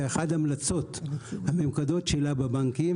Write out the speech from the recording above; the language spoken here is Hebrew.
ואחת ההמלצות המיוחדות שלה בבנקים,